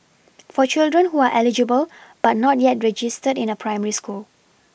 for children who are eligible but not yet registered in a primary school